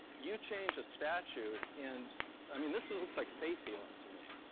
you change a statute. and i mean, this looks like faith healing to me,